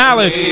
Alex